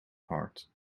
heart